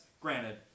granted